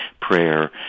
prayer